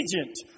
agent